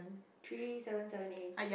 three seven seven A